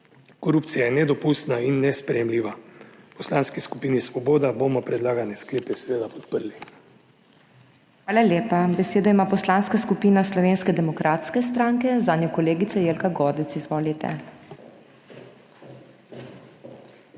Korupcija je nedopustna in nesprejemljiva. V Poslanski skupini Svoboda bomo predlagane sklepe seveda podprli. PODPREDSEDNICA MAG. MEIRA HOT: Hvala lepa. Besedo ima Poslanska skupina Slovenske demokratske stranke, zanjo kolegica Jelka Godec. Izvolite.